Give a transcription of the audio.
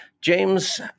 James